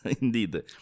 indeed